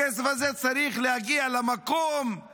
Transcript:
הכסף הזה צריך להגיע למקום שהוא